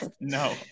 No